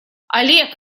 олег